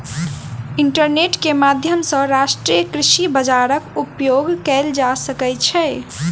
internet के माध्यम सॅ राष्ट्रीय कृषि बजारक उपयोग कएल जा सकै छै